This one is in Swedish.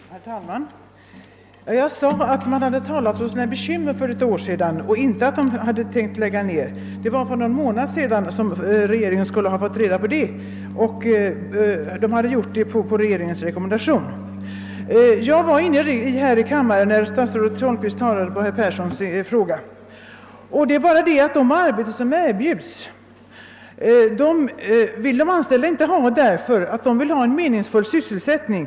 Herr talman! Jag sade att man för ett år sedan hade talat om sina bekymmer men inte om att man hade tänkt lägga ned driften. Den saken lär regeringen ha fått reda på först för en månad sedan, och nedläggningen beslutades på regeringens rekommendation. Jag var inne i kammaren när statsrådet Holmqvist besvarade herr Perssons i Skänninge fråga. Men de arbeten som erbjuds de anställda vill dessa inte ha, eftersom deras önskan är att få en meningsfull sysselsättning.